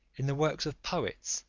in the works of poets,